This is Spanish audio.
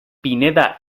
pineda